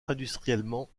industriellement